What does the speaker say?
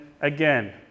again